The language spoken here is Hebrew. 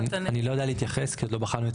אני לא יודע להתייחס כי אנחנו לא בחנו את